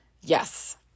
Yes